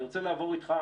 אני רוצה לעבור איתך,